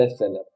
bestseller